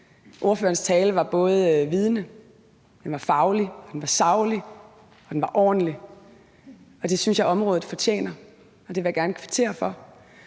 Ordførerens tale var både vidende, den var faglig, den var saglig, og den var ordentlig, og det synes jeg området fortjener, og det vil jeg gerne kvittere for.